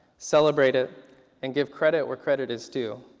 celebrate it and give credit where credit is due.